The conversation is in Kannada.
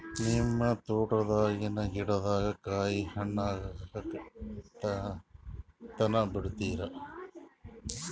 ನಿಮ್ಮ ತೋಟದಾಗಿನ್ ಗಿಡದಾಗ ಕಾಯಿ ಹಣ್ಣಾಗ ತನಾ ಬಿಡತೀರ?